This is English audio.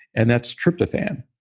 and that's tryptophan,